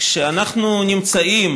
כשאנחנו נמצאים